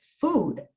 food